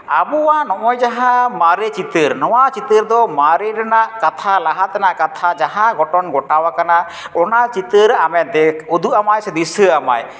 ᱟᱵᱚᱣᱟᱜ ᱱᱚᱜᱼᱚᱭ ᱡᱟᱦᱟᱸ ᱢᱟᱨᱮ ᱪᱤᱛᱟᱹᱨ ᱱᱚᱣᱟ ᱪᱤᱛᱟᱹᱨ ᱫᱚ ᱢᱟᱨᱮ ᱨᱮᱱᱟᱜ ᱠᱟᱛᱷᱟ ᱞᱟᱦᱟ ᱛᱮᱱᱟᱜ ᱠᱟᱛᱷᱟ ᱡᱟᱦᱟᱸ ᱜᱷᱚᱴᱚᱱ ᱜᱷᱟᱴᱟᱣ ᱠᱟᱱᱟ ᱚᱱᱟ ᱪᱤᱛᱟᱹᱨ ᱟᱢᱮ ᱩᱫᱩᱜᱟᱢᱟᱭ ᱥᱮ ᱫᱤᱥᱟᱹ ᱟᱢᱟᱭ